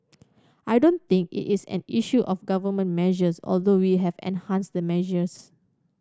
I don't think it is an issue of Government measures although we have enhanced the measures